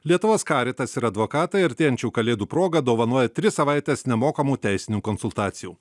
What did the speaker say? lietuvos karitas ir advokatai artėjančių kalėdų proga dovanoja tris savaites nemokamų teisinių konsultacijų